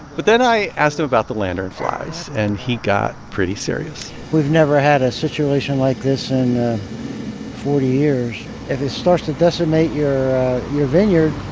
but then i asked him about the lanternflies, and he got pretty serious we've never had a situation like this in forty years. if it starts to decimate your your vineyard,